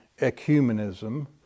ecumenism